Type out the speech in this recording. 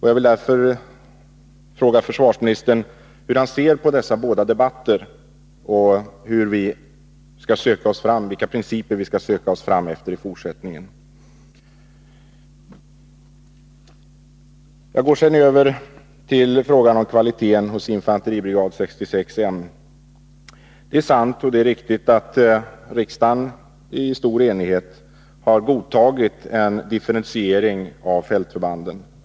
Jag vill därför fråga försvarsministern hur han ser på dessa båda debatter, och vilka principer vi skall.söka oss fram efter i fortsättningen. Jag går sedan över till frågan om kvaliteten hos infanteribrigad 66 M. Det är riktigt att riksdagen i stor enighet har godtagit en differentiering av fältförbanden.